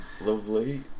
lovely